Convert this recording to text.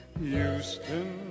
Houston